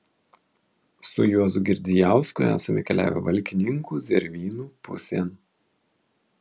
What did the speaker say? su juozu girdzijausku esame keliavę valkininkų zervynų pusėn